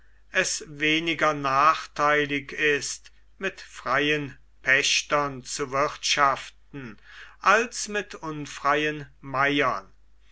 es weniger nachteilig ist mit freien pächtern zu wirtschaften als mit unfreien meiern